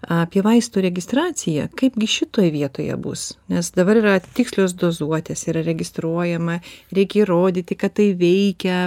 apie vaistų registraciją kaipgi šitoj vietoje bus nes dabar yra tikslios dozuotės yra registruojama reikia įrodyti kad tai veikia